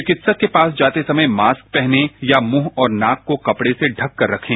चिकित्सक के पास जाते समय मास्क पहनें या मुंह और नाक को कपड़े से ढककर रखें